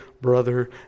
brother